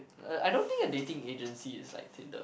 uh I don't think dating agency is like Tinder